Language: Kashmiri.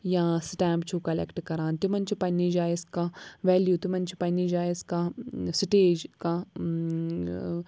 یا سٕٹٮ۪مپ چھُو کَلٮ۪کٹ کَران تِمَن چھُ پنٛنہِ جایہِ اَسہِ کانٛہہ ویلیوٗ تِمَن چھِ پنٛنہِ جایہِ اَسہِ کانٛہہ سٕٹیج کانٛہہ